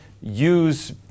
use